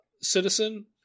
citizen